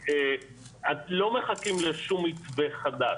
לא מחכים לשום מתווה חדש,